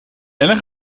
ellen